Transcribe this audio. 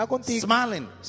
smiling